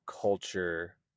culture